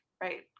right